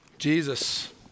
Jesus